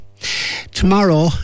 Tomorrow